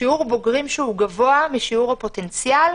זה שיעור בוגרים שהוא גבוה משיעור הפוטנציאל.